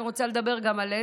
אני רוצה לדבר גם עלינו.